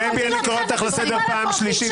--- דבי, אני קורא אותך לסדר פעם שלישית.